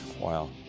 Wow